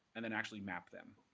and then actually map them.